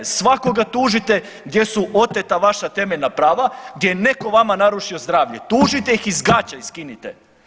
Svakoga tužite gdje su oteta vaša temeljna prava, gdje je netko vama narušio zdravlje, tužite i iz gaća ih skinite.